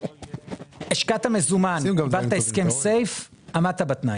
השקעת מזומן קיבלת הסכם סייף עמדת בתנאי,